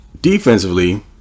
Defensively